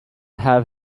have